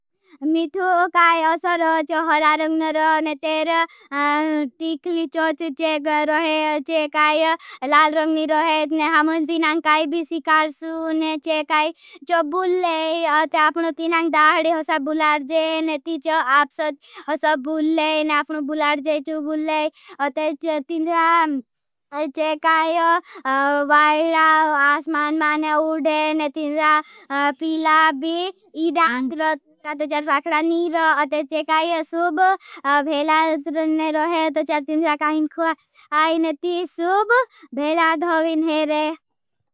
मिठू काई असर चो हरा रंगन रो ने तेर तिकली चोच चेक रोहे। चेकाई लाल रंगनी रोहे ने हमस्ते तीनां काई भी सिकारसू ने चेकाई। चो बुले ते आपनो तीनां दाधी हसा बुलाड़। जे ने ती चो आपसच हसा बुले ने आपनो बुलाड़। जे चो बुले त तीनां चेकाई वाला आसमान माने उडे। ने तीनां पीला भी इदां रो तोचार पाकड़ा नी रो। ते चेकाई सूब भेलाद रंगने रोहे तोचार तीनां काई नती सूब भेलाद होवेन हेरे।